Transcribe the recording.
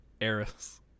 Eris